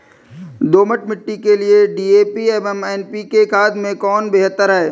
दोमट मिट्टी के लिए डी.ए.पी एवं एन.पी.के खाद में कौन बेहतर है?